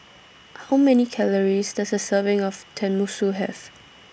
How Many Calories Does A Serving of Tenmusu Have